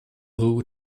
who